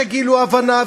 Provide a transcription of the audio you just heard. שגילו הבנה.